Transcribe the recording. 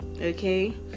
Okay